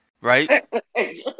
right